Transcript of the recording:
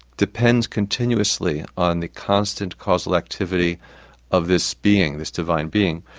depends continuously on the constant causal activity of this being, this divine being.